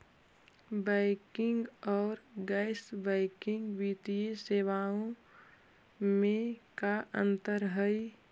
Banking और गैर banking वित्तीय सेवाओं में का अंतर हइ?